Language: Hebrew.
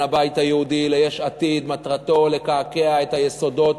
הבית היהודי ליש עתיד מטרתו לקעקע את היסודות.